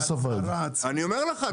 אני אומר לך.